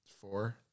Four